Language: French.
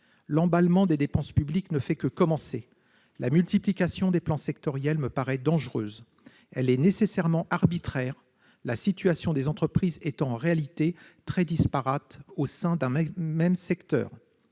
L'emballement des dépenses publiques ne fait que commencer. La multiplication des plans sectoriels me paraît dangereuse. Elle est nécessairement arbitraire : la situation des entreprises est en réalité très disparate au sein d'un même secteur.